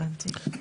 הבנתי.